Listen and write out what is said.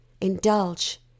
indulge